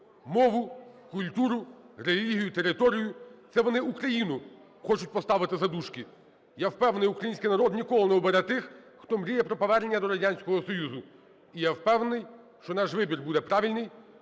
мову, культуру, релігію, територію – це вони Україну хочуть поставити за дужки. Я впевнений, український народ ніколи не обере тих, хто мріє про повернення до Радянського Союзу. І я впевнений, що наш вибір буде правильний,